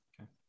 okay